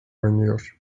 oynuyor